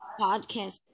podcast